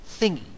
thingy